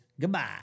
goodbye